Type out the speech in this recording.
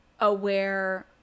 aware